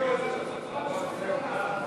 לשנת התקציב 2016, כהצעת הוועדה,